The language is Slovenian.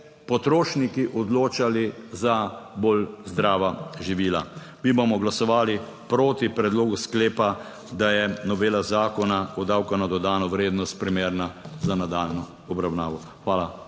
potrošniki odločali za bolj zdrava živila. Mi bomo glasovali proti predlogu sklepa, da je novela Zakona o davku na dodano vrednost primerna za nadaljnjo obravnavo. Hvala